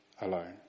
alone